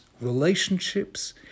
relationships